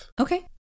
okay